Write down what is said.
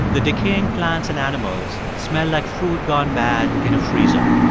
the decaying plants and animals smell like food gone bad in a freezer.